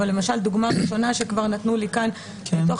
אבל למשל דוגמה ראשונה שכבר נתנו לי כאן תוך